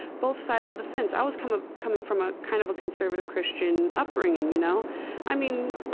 both sides of the fence. i was coming coming from a kind of conservative christian upbringing. you know i mean,